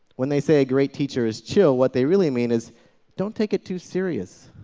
when they say, a great teacher is chill, what they really mean is don't take it too serious.